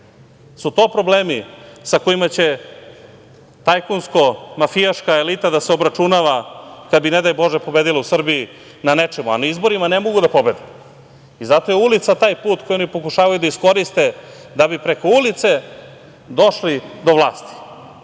Jesu to problemi sa kojima će tajkunsko mafijaška elita da se obračunava kada bi ne daj bože pobedila u Srbiji na nečemu, a na izborima ne mogu da pobede? Zato je ulica taj put koji oni pokušavaju da iskoriste da bi preko ulice došli do vlasti.